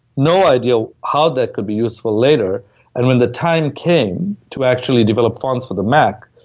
no idea how that could be useful later and when the time came to actually develop fonts for the mac,